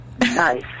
Nice